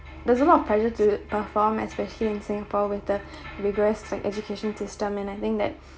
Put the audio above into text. there's a lot of pressure to perform especially in singapore with the rigorous like education system and I think that